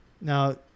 now